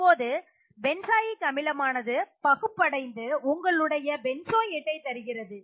இப்போது பென்சாயிக் அமிலமானது பகுப்படைந்து உங்களுடைய பென்சோயேட்டை தருகிறது